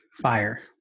fire